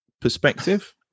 perspective